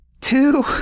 two